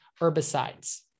herbicides